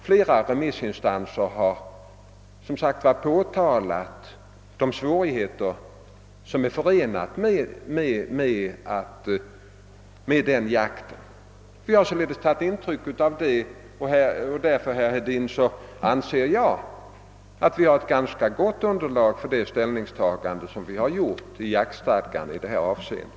Flera remissinstanser har påpekat de svårigheter som är förenade med jakt på kvällen. Vi har således tagit intryck av detta och därför, herr Hedin, anser jag att vi har ett ganska gott underlag för vårt ställningstagande i jaktstadgan i detta avseende.